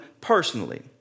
personally